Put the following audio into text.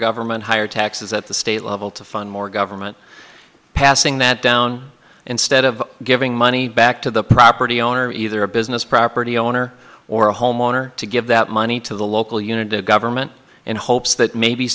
government higher taxes at the state level to fund more government passing that down instead of giving money back to the property owner either a business property owner or a homeowner to give that money to the local unit of government in hopes that maybe